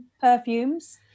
perfumes